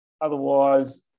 otherwise